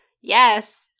Yes